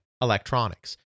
electronics